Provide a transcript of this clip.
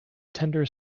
tender